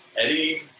Eddie